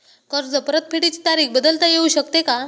कर्ज परतफेडीची तारीख बदलता येऊ शकते का?